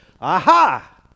Aha